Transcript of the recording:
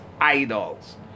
idols